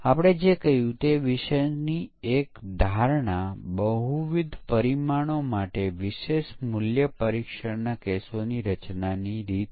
જેમ તમે એકીકરણ પરીક્ષણમાં કહી રહ્યાં છો તેમ આપણે ફક્ત મોડ્યુલો કાર્યો અથવા વર્ગોના જૂથોને એકીકૃત કરીએ છીએ જ્યારે સિસ્ટમ પરીક્ષણ આપણે સમગ્ર સિસ્ટમને તપાસીએ છીએ